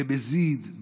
במזיד,